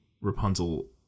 Rapunzel